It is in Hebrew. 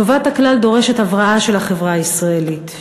טובת הכלל דורשת הבראה של החברה הישראלית,